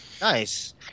Nice